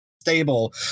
stable